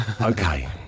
Okay